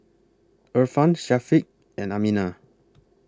Irfan Syafiq and Aminah